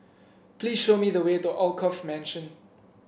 please show me the way to Alkaff Mansion